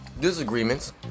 disagreements